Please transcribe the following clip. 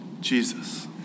Jesus